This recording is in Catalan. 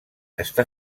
està